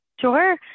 Sure